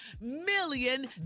million